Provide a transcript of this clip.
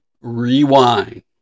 Rewind